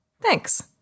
Thanks